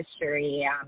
history